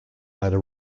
other